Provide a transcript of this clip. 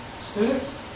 students